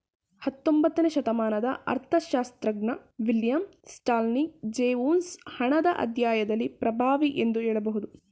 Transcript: ಹತ್ತೊಂಬತ್ತನೇ ಶತಮಾನದ ಅರ್ಥಶಾಸ್ತ್ರಜ್ಞ ವಿಲಿಯಂ ಸ್ಟಾನ್ಲಿ ಜೇವೊನ್ಸ್ ಹಣದ ಅಧ್ಯಾಯದಲ್ಲಿ ಪ್ರಭಾವಿ ಎಂದು ಹೇಳಬಹುದು